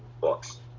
books